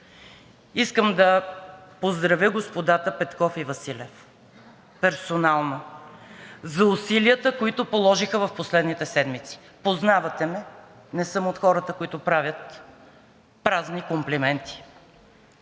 Искам да поздравя персонално господата Петков и Василев за усилията, които положиха в последните седмици. Познавате ме, не съм от хората, които правят празни комплименти.